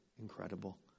incredible